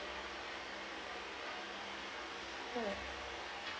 mm